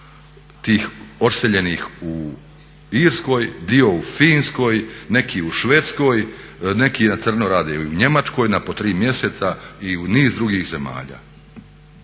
tih odseljenih u Irskoj, dio u Finskoj, neki u Švedskoj, neki na crno rade u Njemačkoj po 3 mjeseca i u niz drugih zemalja.